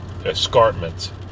escarpment